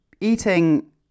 eating